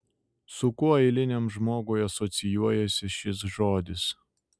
su kuo eiliniam žmogui asocijuojasi šis žodis